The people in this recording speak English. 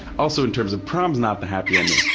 also in terms of, prom's not the happy ending.